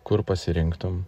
kur pasirinktum